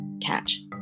catch